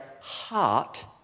heart